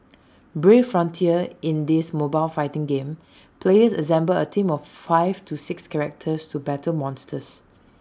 brave frontier in this mobile fighting game players assemble A team of five to six characters to battle monsters